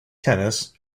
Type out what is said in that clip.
tennis